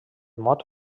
mot